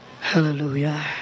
Hallelujah